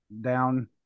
down